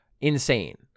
insane